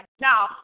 now